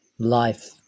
life